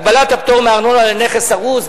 הגבלת הפטור מארנונה על נכס הרוס,